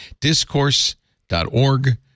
Discourse.org